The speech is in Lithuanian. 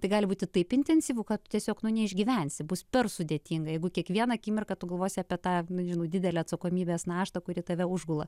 tai gali būti taip intensyvu kad tu tiesiog nuo neišgyvensi bus per sudėtinga jeigu kiekvieną akimirką tu galvosi apie tą nežinau didelę atsakomybės naštą kuri tave užgula